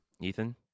Ethan